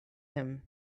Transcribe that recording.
him